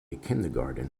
kindergarten